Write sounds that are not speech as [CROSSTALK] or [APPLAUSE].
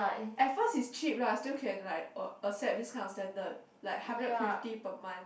at first is cheap lah still can like [NOISE] accept this kind of standard like hundred fifty per month